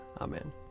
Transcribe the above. Amen